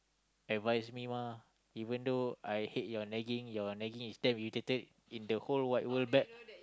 advise me mah even though I hate your nagging your nagging is damn irritated in the whole wide world that